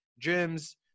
gyms